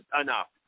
enough